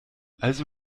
also